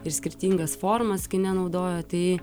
ir skirtingas formas kine naudoja tai